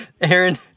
Aaron